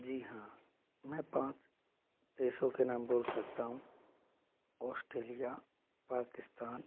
जी हाँ मैं पाँच देशों के नाम बोल सकता हूँ ऑस्ट्रेलिया पाकिस्तान